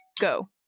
go